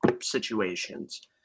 situations